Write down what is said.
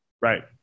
Right